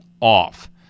off